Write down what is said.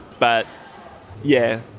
but yeah,